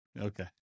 Okay